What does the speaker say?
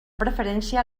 preferència